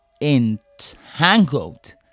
Entangled